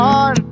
on